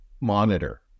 monitor